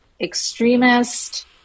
extremist